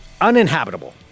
uninhabitable